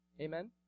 Amen